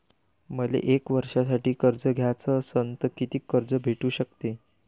मले एक वर्षासाठी कर्ज घ्याचं असनं त कितीक कर्ज भेटू शकते?